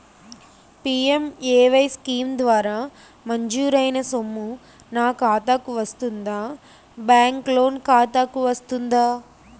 PMAY scheme ద్వారా మంజూరైన సొమ్ము నా ఖాతా కు వస్తుందాబ్యాంకు లోన్ ఖాతాకు వస్తుందా?